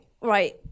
right